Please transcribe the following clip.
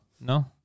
No